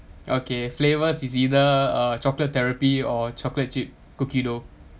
okay flavors is either uh chocolate therapy or chocolate chip cookie dough